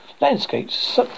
landscapes